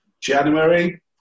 January